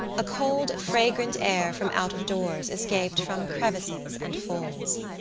a cold, fragrant air from out-of-doors escaped from crevices and folds.